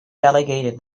delegated